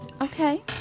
Okay